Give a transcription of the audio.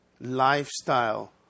lifestyle